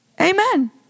Amen